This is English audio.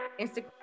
instagram